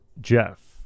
Jeff